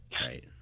Right